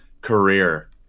career